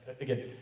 again